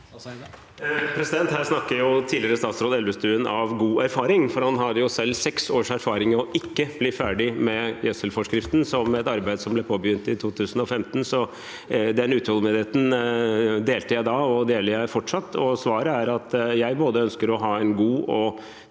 Her snakker tidligere statsråd Elvestuen av god erfaring, for han har jo selv seks års erfaring med ikke å bli ferdig med gjødselvareforskriften, et arbeid som ble påbegynt i 2015. Den utålmodigheten delte jeg da, og den deler jeg fortsatt. Svaret er at jeg ønsker å ha en god,